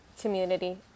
community